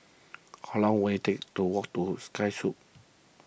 how long will it take to walk to Sky Suites